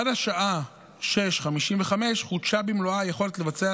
עד השעה 06:55 חודשה במלואה היכולת לבצע